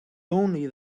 only